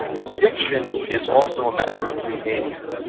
addiction is also a matter of behavior.